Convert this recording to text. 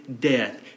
death